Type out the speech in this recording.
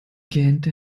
gähnte